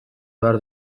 behar